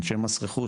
אנשי מס רכוש,